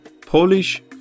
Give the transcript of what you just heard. Polish